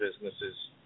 businesses